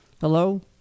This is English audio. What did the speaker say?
Hello